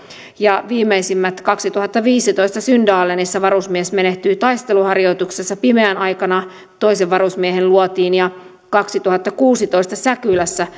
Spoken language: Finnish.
ja viimeisimmät kaksituhattaviisitoista syndalenissa varusmies menehtyi taisteluharjoituksessa pimeän aikana toisen varusmiehen luotiin ja kaksituhattakuusitoista säkylässä